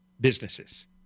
businesses